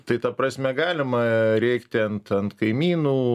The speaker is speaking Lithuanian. tai prasme galima rėkti ant ant kaimynų